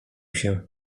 się